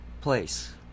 place